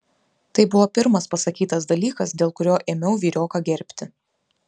tai buvo pirmas pasakytas dalykas dėl kurio ėmiau vyrioką gerbti